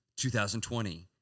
2020